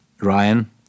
Ryan